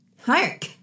Hark